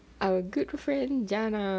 our good friend jannah